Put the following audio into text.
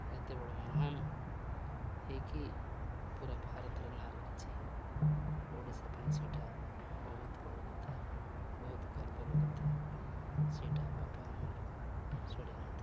ଏତେ ବଡ଼ ମହାନ ହେଇକି ପୁରା ଭାରତରେ ନାଁ ରଖିଛିି ଓଡ଼ିଶା ପାଇଁ ସେଇଟା ବହୁତ ବଡ଼ କଥା ବହୁତ ଗର୍ବର କଥା ସେଇଟା ବାପା ଆମର୍ ଶୁଣି ଆସୁଥିଲେ